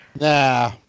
Nah